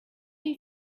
you